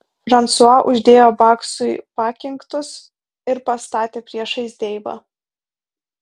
fransua uždėjo baksui pakinktus ir pastatė priešais deivą